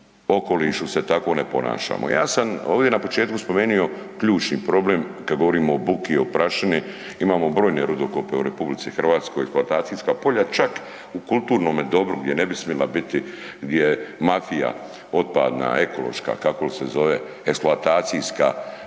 okolišu se tako ne ponašamo. Ja sam ovdje na početku spomenuo ključni problem kad govorimo o buki o prašini, imamo brojne rudokope u RH, eksploatacijska polja, čak u kulturnome dobru gdje ne bi smila biti, gdje je mafija otpadna, ekološka, kako li se zove, eksploatacijska,